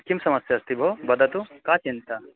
किं समस्या अस्ति भोः वदतु का चिन्ता